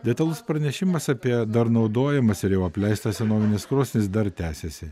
detalus pranešimas apie dar naudojamas ir jau apleistas senovines krosnis dar tęsiasi